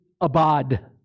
abad